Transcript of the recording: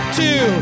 two